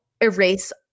erase